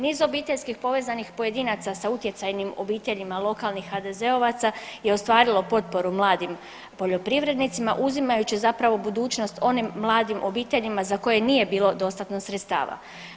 Niz obiteljski povezanih pojedinaca sa utjecajnim obiteljima lokalnih HDZ-ovaca je ostvarilo potporu mladim poljoprivrednicima uzimajući zapravo budućnost onim mladim obiteljima za koje nije bilo dostatno sredstava.